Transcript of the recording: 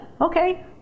okay